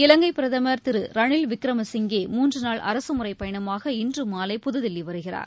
இவங்கை பிரதமர் திரு ரணில்விக்ரம சிங்கே மூன்று நாள் அரகமுறை பயணமாக இன்று மாலை புதுதில்லி வருகிறார்